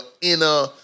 inner